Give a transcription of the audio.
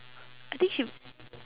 I think should